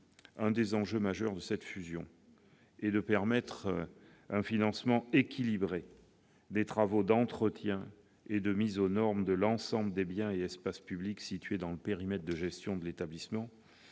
un des enjeux majeurs de cette fusion est de permettre un financement équilibré des travaux d'entretien et de mise aux normes de l'ensemble des biens et espaces publics situés dans le périmètre de gestion de l'établissement,